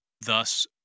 thus